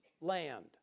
land